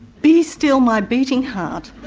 be still my beating heart.